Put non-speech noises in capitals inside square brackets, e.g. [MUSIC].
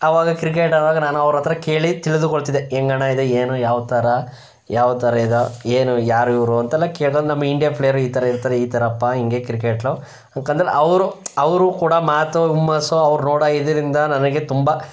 ಆವಾಗ ಕ್ರಿಕೆಟ್ [UNINTELLIGIBLE] ನಾನು ಅವರತ್ರ ಕೇಳಿ ತಿಳಿದುಕೊಳ್ತಿದ್ದೆ ಹೆಂಗಣ್ಣ ಇದು ಏನು ಯಾವ ಥರ ಯಾವ ಥರ ಇದು ಏನು ಯಾರಿವರು ಅಂತೆಲ್ಲ ಕೇಳ್ಕೊಂಡು ನಮ್ಮ ಇಂಡಿಯಾ ಪ್ಲೇಯರು ಈ ಥರ ಇರ್ತಾರೆ ಈ ಥರಪ್ಪ ಹಿಂಗೇ ಕ್ರಿಕೆಟ್ಟೂ ಅಂತಂದಲ್ಲಿ ಅವರು ಅವರು ಕೂಡ ಮಾತು ಹುಮ್ಮಸ್ಸು ಅವ್ರು ನೋಡೋ ಇದರಿಂದ ನನಗೆ ತುಂಬ